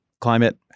climate